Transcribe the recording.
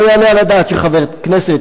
לא יעלה על הדעת שחבר כנסת,